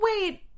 wait